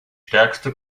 stärkste